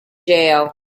jail